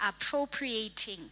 appropriating